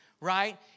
right